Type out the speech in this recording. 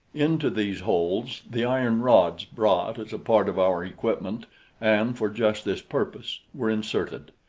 into these holes the iron rods brought as a part of our equipment and for just this purpose were inserted,